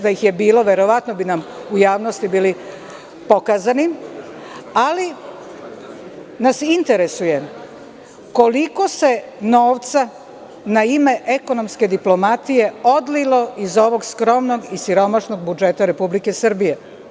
Da ih je bilo, verovatno bi nam u javnosti bili pokazani, ali nas interesuje koliko se novca na ime ekonomske diplomatije odlilo iz ovog skromnog i siromašnog budžeta Republike Srbije?